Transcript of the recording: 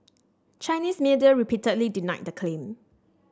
Chinese media repeatedly denied the claim